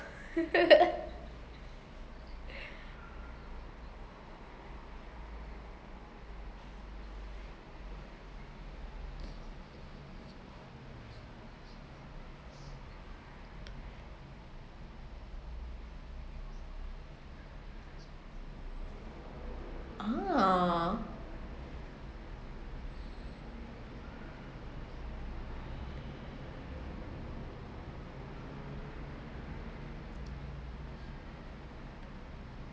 ah